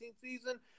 season